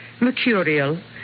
Mercurial